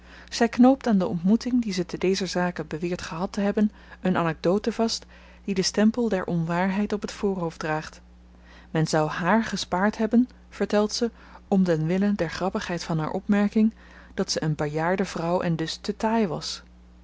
zy knoopt aan de ontmoeting die ze te dezer zake beweert gehad te hebben een anekdote vast die den stempel der onwaarheid op t voorhoofd draagt men zou hààr gespaard hebben vertelt ze om denwille der grappigheid van haar opmerking dat zy n bejaarde vrouw en dus te taai was